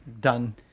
done